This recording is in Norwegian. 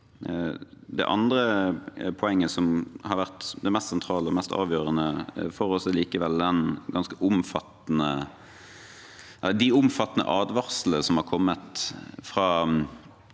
Det andre poenget, som har vært det mest sentrale og mest avgjørende for oss, er likevel de omfattende advarslene som har kommet fra